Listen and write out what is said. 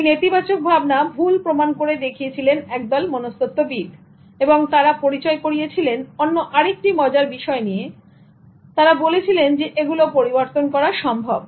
এই নেতিবাচক ভাবনা ভুল প্রমাণ করে দেখিয়েছিলেন একদল মনস্তত্ত্ববিদ এবং তারা পরিচয় করিয়ে ছিলেন অন্য আরেকটি মজার বিষয় নিয়ে তারা বলেছিলেন যে এগুলো পরিবর্তন করা সম্ভব